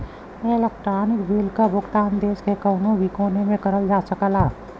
electronic bill क भुगतान देश के कउनो भी कोने से करल जा सकला